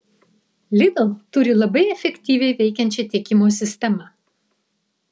lidl turi labai efektyviai veikiančią tiekimo sistemą